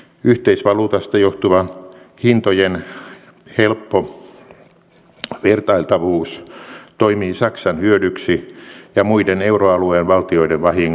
yhteisvaluutasta johtuva hintojen helppo vertailtavuus toimii saksan hyödyksi ja muiden euroalueen valtioiden vahingoksi